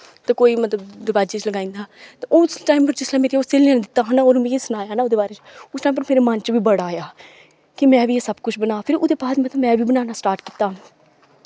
ते कोई मतलब दरवाजे च लगाई जंदा ते उस टाइम च जिसलै मेरी स्हेलिया ने दित्ता हा ना उ'न्ने मिगी सनाया ना ओह्दे बारे च उस टाइम च मेरे मन च बी बड़ा आया हा कि में बी एह् सब कुछ बनांऽ फिर ओह्दे बाद फिर में बी बनाने स्टार्ट कीता